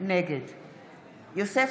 יוסף